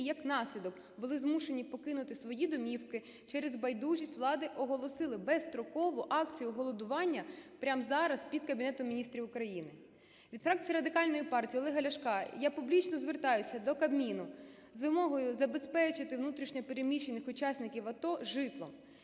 і як наслідок були змушені покинути свої домівки, через байдужість влади оголосили безстрокову акцію голодування прямо зараз під Кабінетом Міністрів України. Від фракції Радикальної партії Олега Ляшка я публічно звертаюся до Кабміну з вимогою забезпечити внутрішньо переміщених учасників АТО житлом